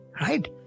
Right